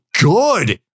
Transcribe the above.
good